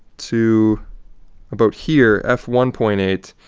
to about here, f one point eight.